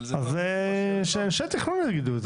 אבל --- אז שאנשי התכנון יגידו את זה.